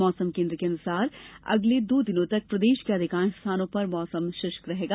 मौसम केन्द्र के अनुसार अगले दो दिनों तक प्रदेश के अधिकांश स्थानों पर मौसम शुष्क रहेगा